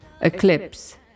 eclipse